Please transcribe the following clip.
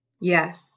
Yes